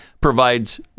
provides